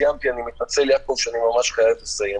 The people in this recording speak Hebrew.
סיימתי, אני מתנצל, יעקב, אני ממש חייב לסיים.